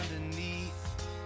underneath